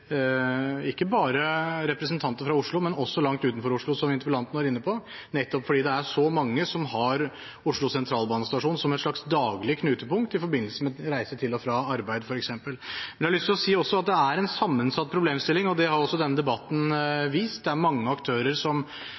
ikke bare representanter fra Oslo, men også langt utenfor Oslo, som interpellanten var inne på, nettopp fordi det er så mange som har Oslo Sentralstasjon som et daglig knutepunkt i forbindelse med reise til og fra arbeid, f.eks. Men jeg har også lyst til å si at det er en sammensatt problemstilling, og det har også denne debatten vist. Det er mange aktører som